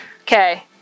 okay